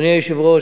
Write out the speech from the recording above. אדוני היושב-ראש,